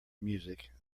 music